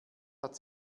hat